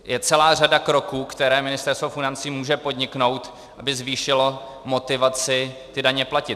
Je celá řada kroků, které Ministerstvo financí může podniknout, aby zvýšilo motivaci daně platit.